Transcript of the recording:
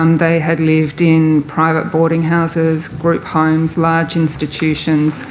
um they had lived in private boarding houses, group homes, large institutions,